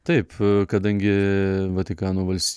taip kadangi vatikano vals